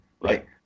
Right